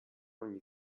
ogni